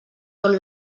tot